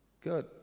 Good